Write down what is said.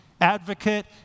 Advocate